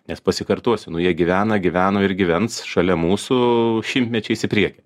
nes pasikartosiunu jie gyvena gyveno ir gyvens šalia mūsų šimtmečiais į priekį